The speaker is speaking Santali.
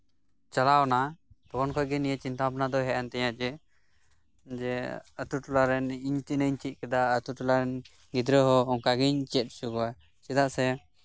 ᱪᱟᱞᱟᱣᱱᱟ ᱛᱚᱠᱷᱚᱱ ᱠᱷᱚᱱᱜᱮ ᱱᱤᱭᱟᱹ ᱪᱤᱱᱛᱟᱹ ᱵᱷᱟᱵᱽᱱᱟ ᱫᱚ ᱮᱱ ᱛᱤᱧᱟ ᱡᱮ ᱟᱛᱳ ᱴᱚᱞᱟᱨᱮᱱ ᱤᱧ ᱛᱤᱱᱟᱹᱜ ᱤᱧ ᱪᱮᱫ ᱠᱮᱫᱟ ᱟᱛᱳ ᱴᱚᱞᱟᱨᱮᱱ ᱜᱤᱫᱽᱨᱟᱹᱦᱚᱸ ᱚᱱᱠᱟᱜᱤᱧ ᱪᱮᱫ ᱦᱚᱪᱚ ᱠᱚᱣᱟ ᱪᱮᱫᱟᱜ ᱥᱮ